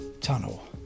tunnel